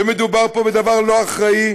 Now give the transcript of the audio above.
ומדובר פה בדבר לא אחראי,